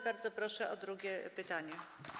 Bardzo proszę o drugie pytanie.